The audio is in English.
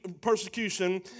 persecution